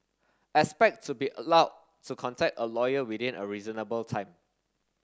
expect to be allowed to contact a lawyer within a reasonable time